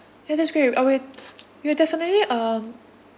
ya that's great I will we will definitely um